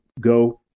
go